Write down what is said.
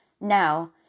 Now